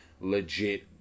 legit